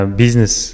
business